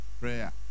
prayer